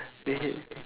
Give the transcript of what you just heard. dig it